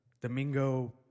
Domingo